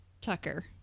Tucker